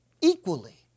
equally